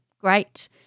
Great